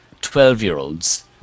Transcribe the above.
twelve-year-olds